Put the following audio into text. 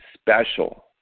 special